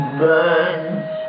burns